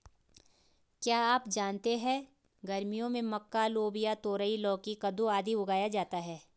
क्या आप जानते है गर्मियों में मक्का, लोबिया, तरोई, लौकी, कद्दू, आदि उगाया जाता है?